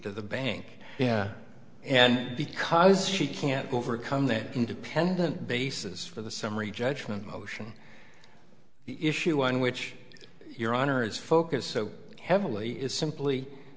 the bank yeah and because she can't overcome that independent basis for the summary judgment motion the issue on which your honor is focused so heavily is simply